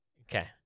Okay